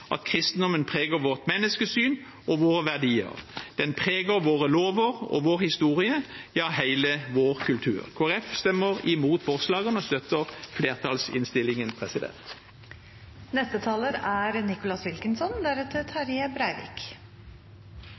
at kristendommen preger vårt menneskesyn og våre verdier. Den preger våre lover og vår historie - ja hele vår kultur. Kristelig Folkeparti stemmer imot forslagene og støtter flertallsinnstillingen.